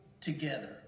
together